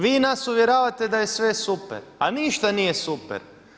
Vi nas uvjeravate da je sve super, a ništa nije super.